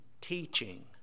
teaching